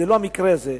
זה לא המקרה הזה.